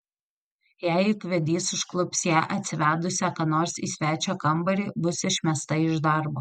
jei ūkvedys užklups ją atsivedusią ką nors į svečio kambarį bus išmesta iš darbo